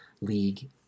League